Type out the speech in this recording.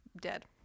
dead